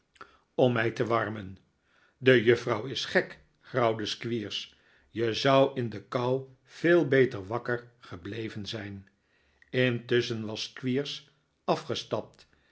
om mij te warmen de juffrouw is gek grauwde squeers je zou in de kou veel beter wakker gebleven zijn intusschen was squeers afgestapt